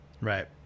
Right